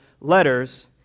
letters